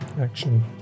action